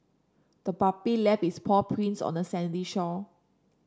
the puppy left its paw prints on the sandy shore